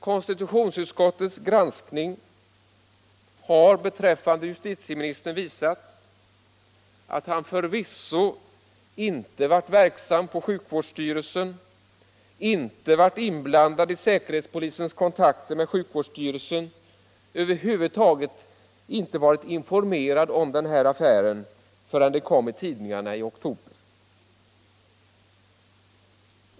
Konstitutionsutskottets granskning har beträffande justitieministern visat att han förvisso inte varit verksam på sjukvårdsstyrelsen, inte varit inblandad i säkerhetspolisens kontakter med sjukvårdsstyrelsen och över huvud taget inte varit informerad om denna affär, förrän den kom i tidningarna i oktober.